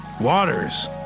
Waters